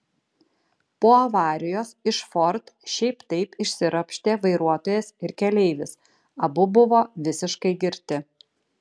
po avarijos iš ford šiaip taip išsiropštė vairuotojas ir keleivis abu buvo visiškai girti